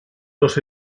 dos